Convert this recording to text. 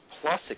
plus